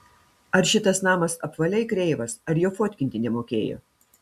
ar šitas namas apvaliai kreivas ar jo fotkinti nemokėjo